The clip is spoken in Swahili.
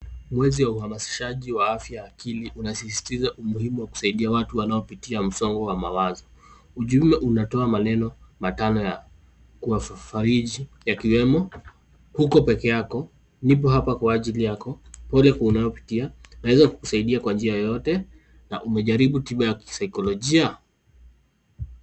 Mwezi wa uhamasishaji wa afya ya akili unasisitiza umuhimu wa kuasaidia watu wanaopitia msongo wa mawazo ujumbe unatoa maneno matano ya kuwafariji yakiwemo "hauko peke yako" "niko hapa kwa ajili yako" "pole kwa unayopitia" naweza kukusaidia kwa njia yeyote? umejaribu tiba ya kisaikolojia?.